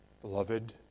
beloved